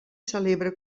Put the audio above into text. celebra